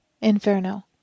Inferno